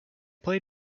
play